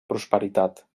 prosperitat